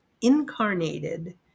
incarnated